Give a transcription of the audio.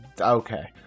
Okay